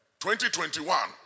2021